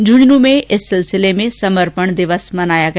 झुंझुनू में इस सिलसिले में समर्पण दिवस मनाया गया